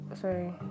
Sorry